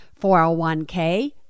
401k